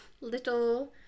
little